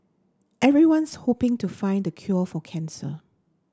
everyone's hoping to find the cure for cancer